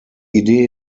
idee